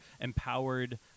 empowered